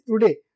today